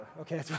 Okay